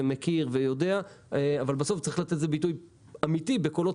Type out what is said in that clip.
מכיר ויודע אבל בסוף צריך לתת לזה ביטוי אמיתי בקולות